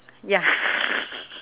ya